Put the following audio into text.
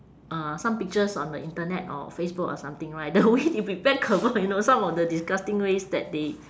uh some pictures on the internet or facebook or something right the way they prepare kebab you know some of the disgusting ways that they